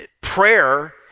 prayer